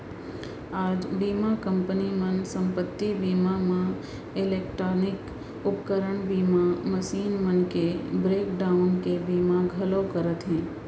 आज बीमा कंपनी मन संपत्ति बीमा म इलेक्टानिक उपकरन बीमा, मसीन मन के ब्रेक डाउन के बीमा घलौ करत हें